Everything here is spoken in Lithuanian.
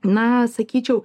na sakyčiau